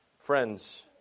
Friends